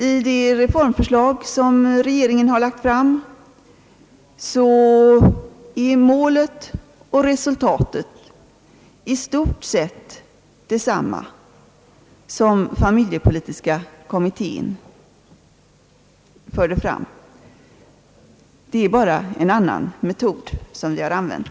I det reformförslag som regeringen lagt fram är målet och resultatet i stort sett detsamma som familjepolitiska kommittén förordade — det är bara en annan metod som vi har använt.